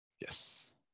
Yes